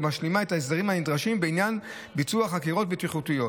ומשלימה את ההסדרים הנדרשים בעניין ביצוע חקירות בטיחותיות.